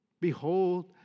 behold